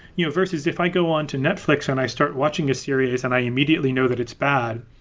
you know versus if i go on to netflix and i start watching a series and i immediately know that it's bad,